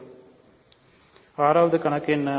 6 வது கணக்கு என்ன